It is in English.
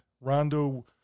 Rondo